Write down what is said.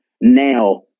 Now